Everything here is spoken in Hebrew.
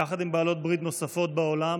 יחד עם בעלות ברית נוספות בעולם